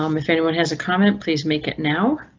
um if anyone has a comment, please make it now.